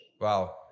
wow